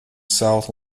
south